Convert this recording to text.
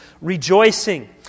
rejoicing